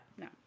No